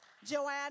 Joanne